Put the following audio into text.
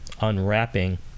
unwrapping